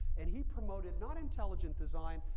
and he promoted not intelligent design,